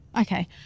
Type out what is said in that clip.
Okay